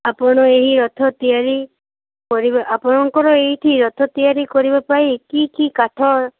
ଆପଣ ଏହି ରଥ ତିଆରି ଆପଣଙ୍କର ଏହିଠି ରଥ ତିଆରି କରିବା ପାଇଁ କି କି କାଠ